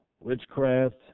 witchcraft